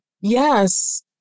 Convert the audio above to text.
Yes